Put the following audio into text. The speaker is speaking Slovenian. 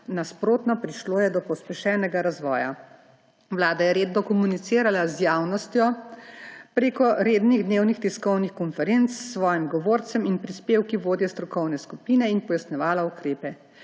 Nasprotno, prišlo je do pospešenega razvoja. Vlada je redno komunicirala z javnostjo prek rednih dnevnih tiskovnih konferenc s svojim govorcem in prispevki vodje strokovne skupine ter pojasnjevala ukrepe.